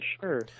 sure